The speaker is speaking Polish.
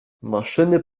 maszyny